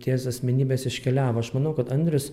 ties asmenybės iškeliavo aš manau kad andrius